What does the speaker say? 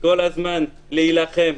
כל הזמן להילחם,